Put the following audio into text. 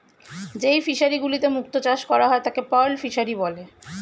যেই ফিশারি গুলিতে মুক্ত চাষ করা হয় তাকে পার্ল ফিসারী বলে